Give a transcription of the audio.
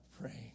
praying